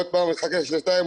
עוד פעם, תחכה שנתיים.